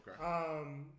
Okay